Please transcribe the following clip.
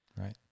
Right